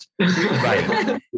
Right